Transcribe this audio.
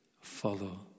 follow